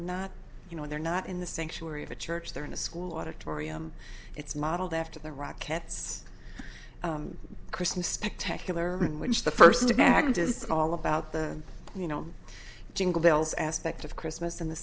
not you know they're not in the sanctuary of a church they're in a school auditorium it's modeled after the rockets christmas spectacular in which the first attack and it's all about the you know jingle bells aspect of christmas and the